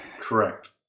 Correct